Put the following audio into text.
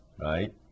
right